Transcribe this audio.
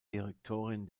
direktorin